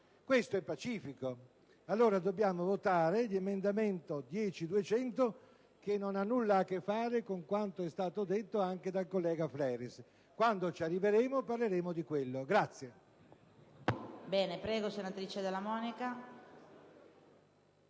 questo è pacifico. Allora, noi dobbiamo votare l'emendamento 10.200 che non ha nulla a che fare con quanto detto dal collega Fleres. Quando ci arriveremo, parleremo dell'altro